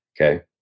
okay